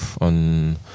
on